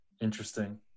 Interesting